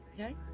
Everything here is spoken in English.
okay